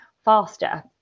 faster